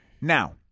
Now